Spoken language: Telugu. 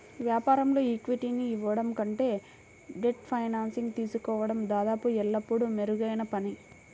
వ్యాపారంలో ఈక్విటీని ఇవ్వడం కంటే డెట్ ఫైనాన్సింగ్ తీసుకోవడం దాదాపు ఎల్లప్పుడూ మెరుగైన పని